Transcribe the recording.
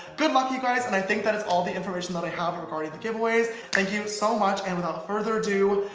good luck you guys and i think that is all the information that i have regarding the giveaways. thank you so much. and without further ado,